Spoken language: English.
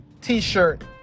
t-shirt